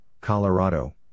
Colorado